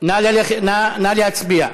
נא להצביע.